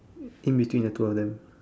in between the two of them